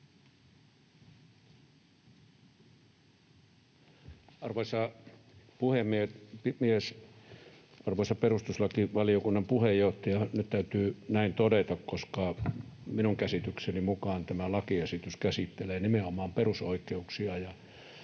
Arvoisa puhemies! Arvoisa perustuslakivaliokunnan puheenjohtaja! — Nyt täytyy näin todeta, koska minun käsitykseni mukaan tämä lakiesitys käsittelee nimenomaan perusoikeuksia,